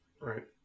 Right